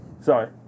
Sorry